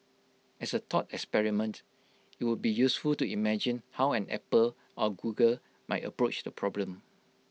as A thought experiment IT would be useful to imagine how an Apple or Google might approach the problem